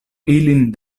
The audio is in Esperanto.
ilin